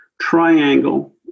triangle